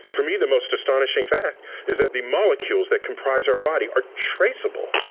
for me, the most astonishing fact is that the molecules that comprise our body are traceable